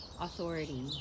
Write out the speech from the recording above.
authority